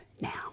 Now